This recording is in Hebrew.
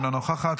אינה נוכחת,